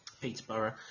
Peterborough